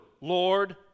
Lord